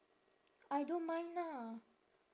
I don't mind ah